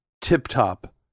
tip-top